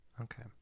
Okay